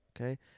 okay